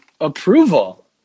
approval